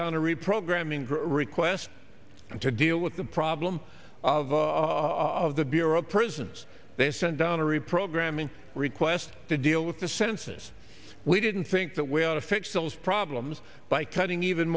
down a reprogramming request to deal with the problem of of the bureau of prisons they sent down a reprogramming request to deal with the census we didn't think that way out of fix those problems by cutting even